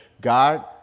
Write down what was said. God